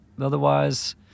otherwise